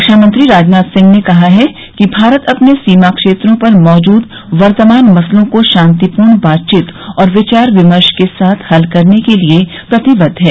रक्षामंत्री राजनाथ सिंह ने कहा है कि भारत अपने सीमा क्षेत्रों पर मौजूद वर्तमान मसलों को शांतिपूर्ण बातचीत और विचार विमर्श के साथ हल करने के लिए प्रतिबद्ध है